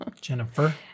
Jennifer